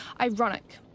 ironic